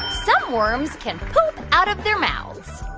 some worms can poop out of their mouths?